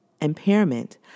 impairment